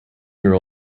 year